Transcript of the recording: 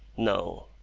no.